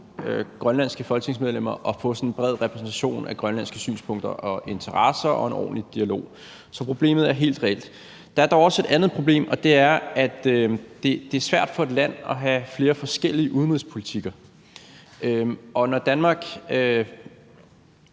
grønlandske folketingsmedlemmer, at få sådan en bred repræsentation af grønlandske synspunkter og interesser og en ordentlig dialog. Så problemet er helt reelt. Der er dog også et andet problem, og det er, at det er svært for et land at have flere forskellige udenrigspolitikker, og når Danmark